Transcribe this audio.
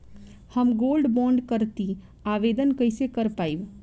हम gold bond करतिं आवेदन कइसे कर पाइब?